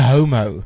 Homo